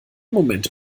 moment